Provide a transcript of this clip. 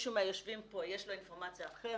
מישהו מהיושבים פה, יש לו אינפורמציה אחרת,